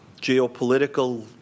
geopolitical